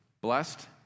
Blessed